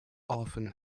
often